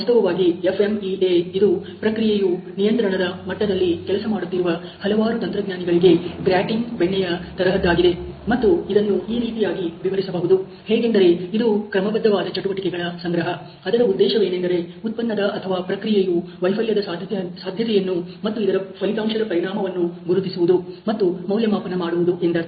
ವಾಸ್ತವವಾಗಿ FMEA ಇದು ಪ್ರಕ್ರಿಯೆಯು ನಿಯಂತ್ರಣದ ಮಟ್ಟದಲ್ಲಿ ಕೆಲಸ ಮಾಡುತ್ತಿರುವ ಹಲವಾರು ತಂತ್ರಜ್ಞಾನಿಗಳಿಗೆ ಗ್ರ್ಯಾಟಿನ್ ಬೆಣ್ಣೆಯ ತರಹದ್ದಾಗಿದೆ ಮತ್ತು ಇದನ್ನು ಈ ರೀತಿಯಾಗಿ ವಿವರಿಸಬಹುದು ಹೇಗೆಂದರೆ ಇದು ಕ್ರಮಬದ್ಧವಾದ ಚಟುವಟಿಕೆಗಳ ಸಂಗ್ರಹ ಅದರ ಉದ್ದೇಶವೇನೆಂದರೆ ಉತ್ಪನ್ನದ ಅಥವಾ ಪ್ರಕ್ರಿಯೆಯು ವೈಫಲ್ಯದ ಸಾಧ್ಯತೆಯನ್ನು ಮತ್ತು ಇದರ ಫಲಿತಾಂಶದ ಪರಿಣಾಮವನ್ನು ಗುರುತಿಸುವುದು ಮತ್ತು ಮೌಲ್ಯಮಾಪನ ಮಾಡುವುದು ಎಂದರ್ಥ